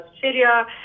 Syria